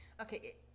okay